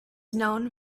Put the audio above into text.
known